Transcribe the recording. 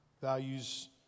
values